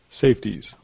Safeties